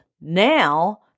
Now